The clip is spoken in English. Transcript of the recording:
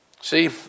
See